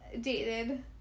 dated